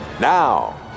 Now